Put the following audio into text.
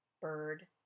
bird